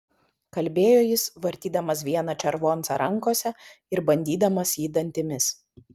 kalbėjo jis vartydamas vieną červoncą rankose ir bandydamas jį dantimis